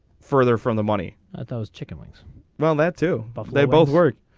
further from the money at those chicken wings well that too but they both worked.